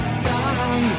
sun